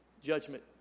Judgment